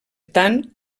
tant